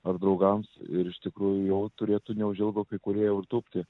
ar draugams ir iš tikrųjų jau turėtų neužilgo kai kurie jau tūpti